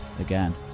again